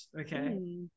Okay